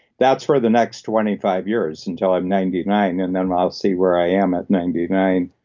that's for the next twenty five years, until i'm ninety nine and then i'll see where i am at ninety nine,